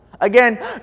Again